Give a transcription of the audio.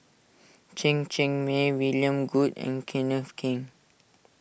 Chen Cheng Mei William Goode and Kenneth Keng